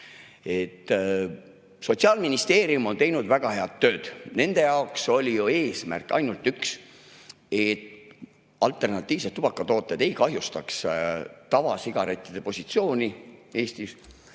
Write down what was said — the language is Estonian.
Sotsiaalministeerium on teinud väga head tööd. Nende jaoks oli eesmärk ainult üks: see, et alternatiivsed tubakatooted ei kahjustaks tavasigarettide positsiooni Eestis.